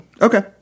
Okay